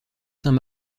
saint